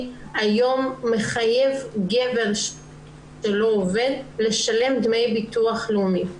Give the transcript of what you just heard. היום מחייב גבר שלא עובד לשלם דמי ביטוח לאומי.